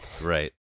Right